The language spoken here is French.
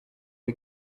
les